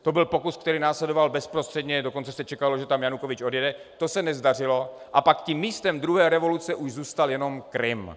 To byl pokus, který následoval bezprostředně, dokonce se čekalo, že tam Janukovyč odjede, to se nezdařilo, a pak tím místem druhé revoluce už zůstal jenom Krym.